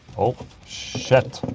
oh shit